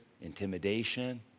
intimidation